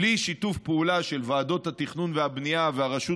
בלי שיתוף פעולה של ועדות התכנון והבנייה והרשות